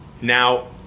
now